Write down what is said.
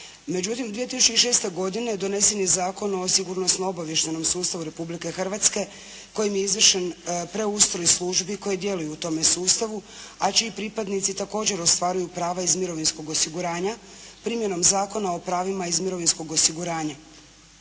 Međutim 2006. godine donesen je Zakon o sigurno-obavještajnom sustavu Republike Hrvatske kojim je izvršen preustroj službi koji djeluju u tom sustavu, a čiji pripadnici također ostvaruju prava iz mirovinskog osiguranja primjenom Zakona o pravima iz mirovinskog osiguranja